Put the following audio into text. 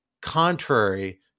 contrary